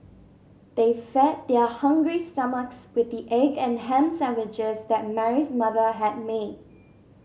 they fed their hungry stomachs with the egg and ham sandwiches that Mary's mother had made